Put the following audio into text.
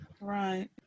Right